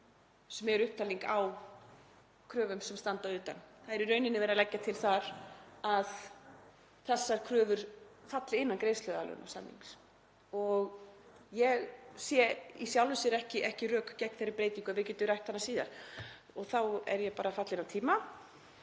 sem eru upptalning á kröfum sem standa utan. Þar er í rauninni verið að leggja til að þessar kröfur falli innan greiðsluaðlögunarsamnings. Ég sé í sjálfu sér ekki rök gegn þeirri breytingu en við getum rætt hana síðar. Þá er ég fallin á tíma